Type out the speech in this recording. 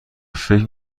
فکر